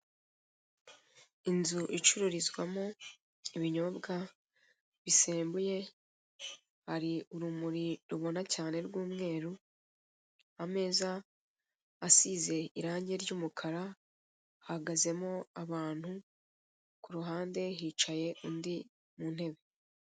Inzu icururizwamo ibinyobwa bisembuye hari urumuri ruona cyane rw'umweru, ameza asize irange ry'umuka hahagazemo abantu, ku ruhande hicaye undi mi ntebe.